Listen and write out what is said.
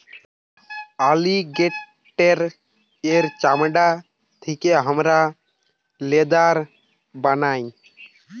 অলিগেটের এর চামড়া থেকে হামরা লেদার বানাই